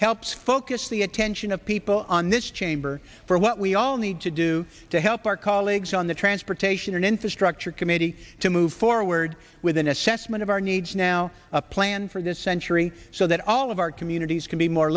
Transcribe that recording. helps focus the attention of people on this chamber for what we all need to do help our colleagues on the transportation and infrastructure committee to move forward with an assessment of our needs now a plan for this century so that all of our communities can be more